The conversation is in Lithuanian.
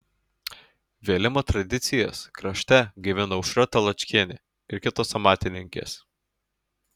vėlimo tradicijas krašte gaivina aušra taločkienė ir kitos amatininkės